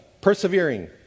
Persevering